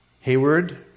Hayward